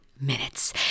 minutes